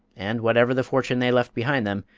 and, whatever the fortune they left behind them,